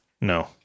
No